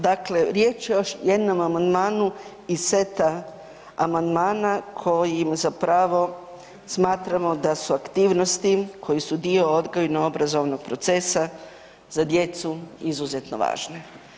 Dakle, riječ je o još jednom amandmanu iz seta amandmana kojim zapravo smatramo da su aktivnosti koje su dio odgojno-obrazovnog procesa za djecu izuzetno važna.